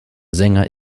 sänger